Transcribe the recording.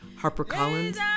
HarperCollins